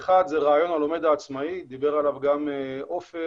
האחד, רעיון הלומד העצמאי, דיבר עליו גם עופר,